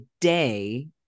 day